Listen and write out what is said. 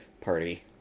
Party